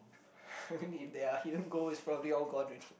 if they are here gold is probably all gone already